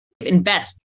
invest